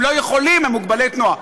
הם לא יכולים, הם מוגבלי תנועה.